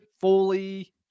fully